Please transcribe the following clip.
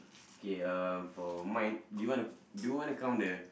okay uh for mine do you want do you want to count the